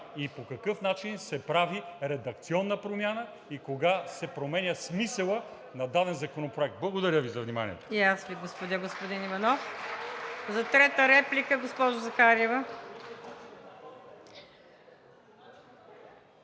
и по какъв начин се прави редакционна промяна, кога се променя смисълът на даден законопроект. Благодаря Ви за вниманието.